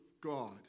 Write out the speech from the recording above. God